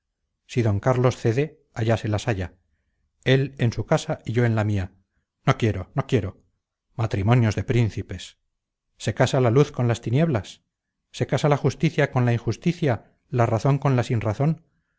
si don carlos cede allá se las haya él en su casa y yo en la mía no quiero no quiero matrimonios de príncipes se casa la luz con las tinieblas se casa la justicia con la injusticia la razón con la sinrazón